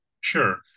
Sure